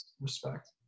Respect